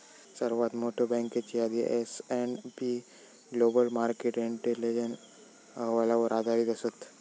सर्वात मोठयो बँकेची यादी S and P Global Market Intelligence अहवालावर आधारित असत